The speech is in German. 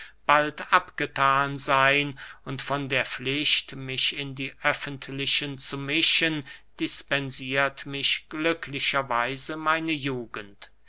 bald abgethan seyn und von der pflicht mich in die öffentlichen zu mischen dispensiert mich glücklicher weise meine jugend